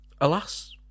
alas